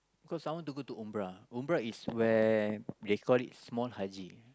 cause I want to go to Umrah Umrah is where they call it small Haji